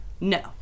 No